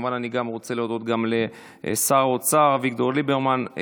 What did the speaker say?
כמובן שאני גם רוצה להודות לשר האוצר אביגדור ליברמן.